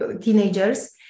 teenagers